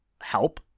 help